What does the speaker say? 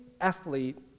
athlete